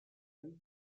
elle